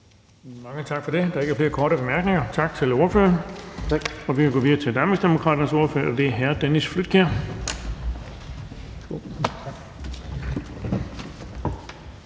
Mange tak for det. Der er ikke flere korte bemærkninger. Tak til ordføreren. Vi går videre til Danmarksdemokraternes ordfører, og det er hr. Dennis Flydtkjær.